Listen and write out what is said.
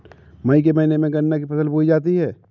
मई के महीने में गन्ना की फसल बोई जाती है